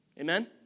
Amen